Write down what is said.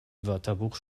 wörterbuch